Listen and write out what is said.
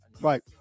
right